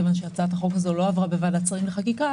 מכיוון שהצעת החוק הזאת לא עברה בוועדת השרים לחקיקה,